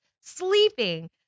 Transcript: sleeping